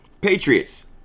Patriots